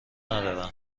ندارم